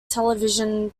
television